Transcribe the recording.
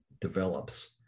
develops